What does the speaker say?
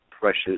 precious